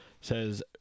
says